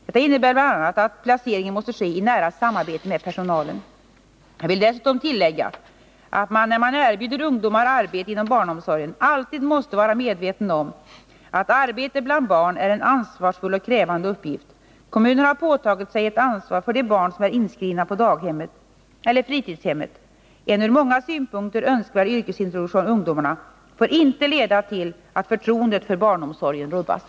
Detta innebär bl.a. att placeringen måste ske i nära samarbete med personalen. Jag vill dessutom tillägga att man, när man erbjuder ungdomar arbete inom barnomsorgen, alltid måste vara medveten om att arbete bland barn är en ansvarsfull och krävande uppgift. Kommunerna har påtagit sig ett ansvar för de barn som är inskrivna på daghemmet eller fritidshemmet. En ur många synpunkter önskvärd yrkesintroduktion av ungdomarna får inte leda till att förtroendet för barnomsorgen rubbas.